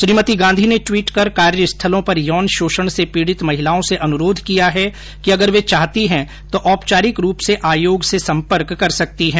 श्रीमती गांधी ने ट्वीट कर कार्य स्थलों पर यौन शोषण से पीड़ित महिलाओं से अनुरोध किया है कि अगर वे चाहती है तो औपचारिक रूप से आयोग से सम्पर्क कर सकती हैं